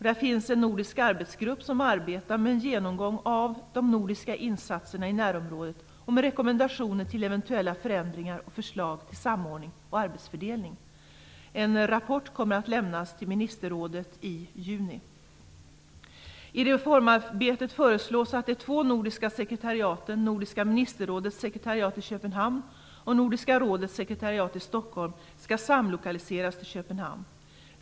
Det finns en nordisk arbetsgrupp som arbetar med en genomgång av de nordiska insatserna i närområdet och med rekommendationer till eventuella förändringar och med förslag till samordning och arbetsfördelning. En rapport kommer att lämnas till ministerrådet i juni. I reformarbetet föreslås att de två nordiska sekretariaten - Nordiska ministerrådets sekretariat i Köpenhamn och Nordiska rådets sekretariat i Stockholm - skall samlokaliseras till Köpenhamn.